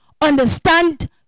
understand